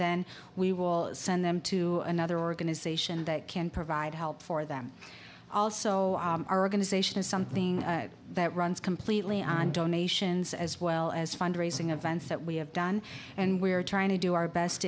then we will send them to another organization that can provide help for them also oregon is ation is something that runs completely on donations as well as fundraising events that we have done and we're trying to do our best